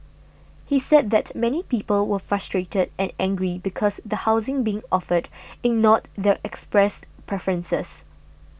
he said that many people were frustrated and angry because the housing being offered ignored their expressed preferences